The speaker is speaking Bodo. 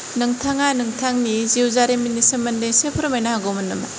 नोंथांआ नोंथांनि जिउ जारिमिननि सोमोन्दै इसे फोरमायनो हागौमोन नामा